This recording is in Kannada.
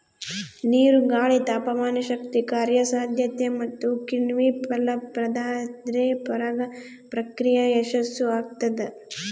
ನೀರು ಗಾಳಿ ತಾಪಮಾನಶಕ್ತಿ ಕಾರ್ಯಸಾಧ್ಯತೆ ಮತ್ತುಕಿಣ್ವ ಫಲಪ್ರದಾದ್ರೆ ಪರಾಗ ಪ್ರಕ್ರಿಯೆ ಯಶಸ್ಸುಆಗ್ತದ